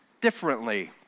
differently